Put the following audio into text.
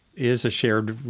is a shared